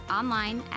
online